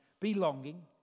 belonging